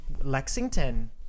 Lexington